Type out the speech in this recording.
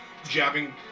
Jabbing